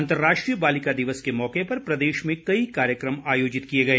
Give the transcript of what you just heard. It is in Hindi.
अंतर्राष्ट्रीय बालिका दिवस के मौके पर प्रदेश में कई कार्यक्रम आयोजित किए गए